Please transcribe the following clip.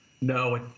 No